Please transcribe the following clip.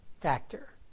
factor